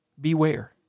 beware